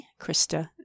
Krista